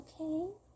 okay